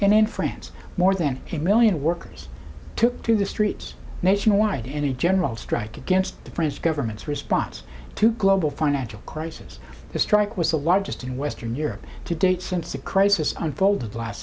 and in france more than a million workers took to the streets nationwide in a general strike against the french government's response to global financial crisis the strike was the largest in western europe to date since the crisis unfolded last